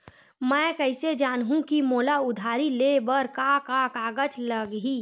मैं कइसे जानहुँ कि मोला उधारी ले बर का का कागज चाही?